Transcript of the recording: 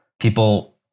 People